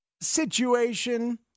situation